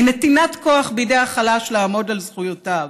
נתינת כוח בידי החלש לעמוד על זכויותיו.